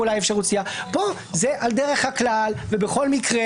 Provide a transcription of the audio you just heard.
פה זה על דרך הכלל ובכל מקרה.